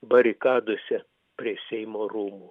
barikadose prie seimo rūmų